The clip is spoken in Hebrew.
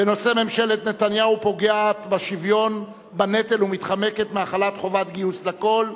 בנושא: ממשלת נתניהו פוגעת בשוויון בנטל ומתחמקת מהחלת חובת גיוס לכול.